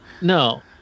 No